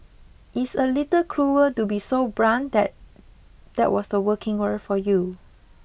it's a little cruel to be so blunt that that was the working world for you